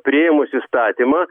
priėmus įstatymą